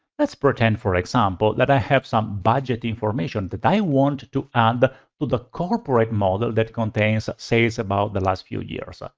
let's pretend, for example, that i have some budget information that i want to add to the corporate model that contains sales about the last few years. ah